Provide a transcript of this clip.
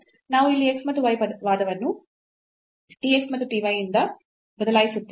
ನಾವು ಇಲ್ಲಿ x ಮತ್ತು y ವಾದವನ್ನು t x ಮತ್ತು ty ಯಿಂದ ಬದಲಾಯಿಸುತ್ತೇವೆ